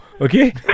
Okay